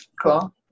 Cool